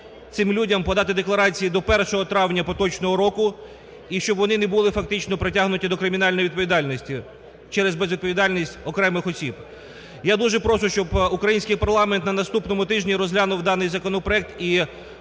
цим людям подати декларації до 1 травня поточного року, і щоб вони не були фактично притягнуті до кримінальної відповідальності через безвідповідальність окремих осіб. Я дуже прошу, щоб український парламент на наступному тижні розглянув даний законопроект і